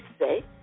say